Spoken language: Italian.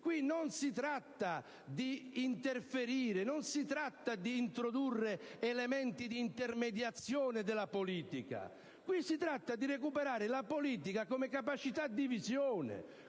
non si tratta di interferire, di introdurre elementi di intermediazione della politica, ma di recuperare la politica come capacità di visione,